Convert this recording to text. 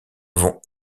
vont